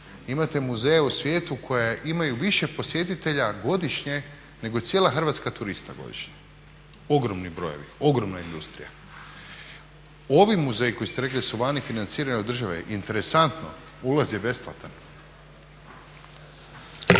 Imate muzeje u svijetu koja imaju više posjetitelja godišnje nego cijela Hrvatska turista godišnje, ogromni brojevi, ogromna industrija. Ovi muzeji koji ste rekli da se vani financirani od države interesantno ulaz je besplatan.